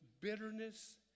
bitterness